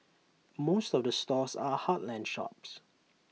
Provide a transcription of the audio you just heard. most of the stores are heartland shops